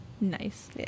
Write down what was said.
Nice